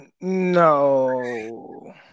No